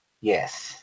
Yes